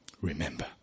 remember